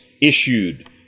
issued